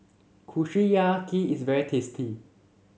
Kushiyaki is very tasty